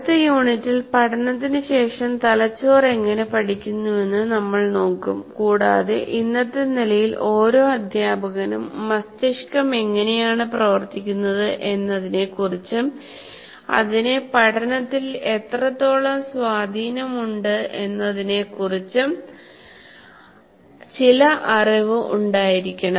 അടുത്ത യൂണിറ്റിൽ പഠനത്തിനുശേഷം തലച്ചോർ എങ്ങനെ പഠിക്കുന്നുവെന്ന് നമ്മൾ നോക്കും കൂടാതെ ഇന്നത്തെ നിലയിൽ ഓരോ അദ്ധ്യാപകനും മസ്തിഷ്കം എങ്ങനെയാണ് പ്രവർത്തിക്കുന്നത് എന്നതിനെക്കുറിച്ചും അതിന് പഠനത്തിൽ എത്രത്തോളം സ്വാധീനമുണ്ടെന്നതിനെക്കുറിച്ചും ചില അറിവ് ഉണ്ടായിരിക്കണം